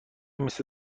مثل